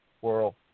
world